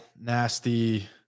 Nasty